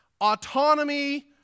Autonomy